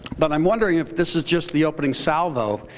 but i'm wondering if this is just the opening salvo,